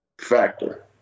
factor